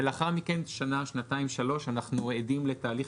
ולאחר מכן במשך שנה-שנתיים-שלוש אנחנו עדים לתהליך